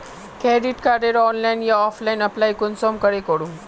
Credit कार्डेर online या offline apply कुंसम करे करूम?